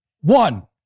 one